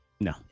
No